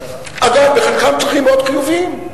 אגב, בחלקם צרכים מאוד חיוביים.